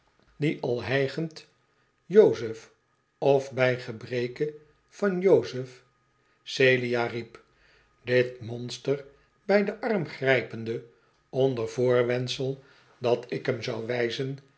die al hijgend jozef of bij gebreke van jozef celia riep dit monster bij den arm grijpende onder voorwendsel dat ik hem zou wijzen